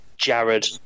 Jared